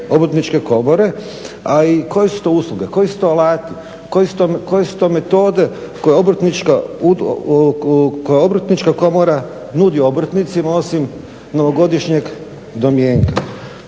Obrtničke komore, a i koje su to usluge, koji su to alati, koje su to metode koje Obrtnička komora nudi obrtnicima osim novogodišnjeg domjenka.